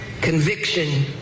conviction